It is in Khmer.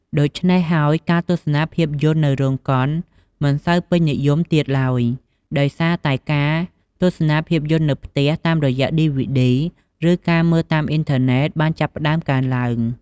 ដូច្នេះហើយ ការទស្សនាភាពយន្តនៅរោងកុនមិនសូវពេញនិយមទៀតឡើយ ដោយសារតែការទស្សនាភាពយន្តនៅផ្ទះតាមរយៈឌីវីឌី ឬការមើលតាមអ៊ីនធឺណេតបានចាប់ផ្ដើមកើនឡើង។